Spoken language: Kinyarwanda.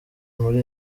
muri